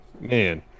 man